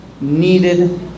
needed